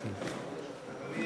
וקבוצת סיעת ש"ס לסעיף 1 לא נתקבלה.